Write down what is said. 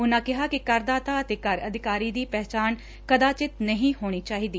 ਉਨਾਂ ਕਿਹਾ ਕਿ ਕਰਦਾਤਾ ਅਤੇ ਕਰ ਅਧਿਕਾਰੀ ਦੀ ਪਹਿਚਾਣ ਕਦਾਚਿਤ ਨਹੀ ਹੋਣੀ ਚਾਹੀਦੀ